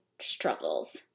struggles